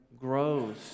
grows